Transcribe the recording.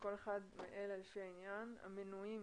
כל אחד מאלה לפי העניין, המנויים.